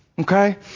Okay